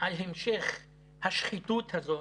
על המשך השחיתות הזאת,